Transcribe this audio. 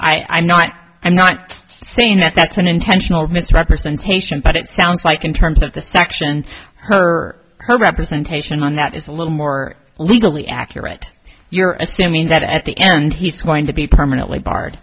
know i'm not i'm not saying that that's an intentional misrepresentation but it sounds like in terms of the section her her representation on that is a little more legally accurate you're assuming that at the end he says going to be permanently bar